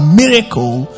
miracle